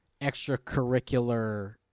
extracurricular